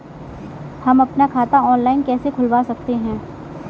हम अपना खाता ऑनलाइन कैसे खुलवा सकते हैं?